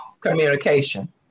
Communication